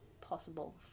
possible